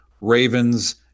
Ravens